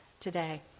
today